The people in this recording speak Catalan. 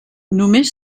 només